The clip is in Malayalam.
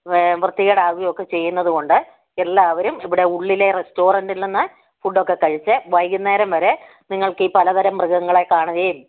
വൃത്തികേടാവുകയും ഒക്കെ ചെയ്യുന്നതുകൊണ്ട് എല്ലാവരും ഇവിടെ ഉള്ളിലെ റസ്റ്റോറൻ്റിൽ നിന്ന് ഫുഡൊക്കെ കഴിച്ച് വൈകുന്നേരം വരെ നിങ്ങള്ക്കീ പലതരം മൃഗങ്ങളെ കാണുകയും